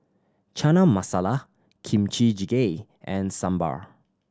Chana Masala Kimchi Jjigae and Sambar